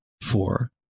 four